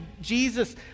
jesus